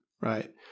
right